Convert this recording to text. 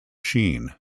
sheen